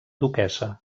duquessa